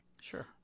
Sure